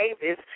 Davis